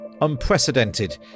Unprecedented